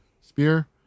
spear